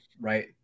right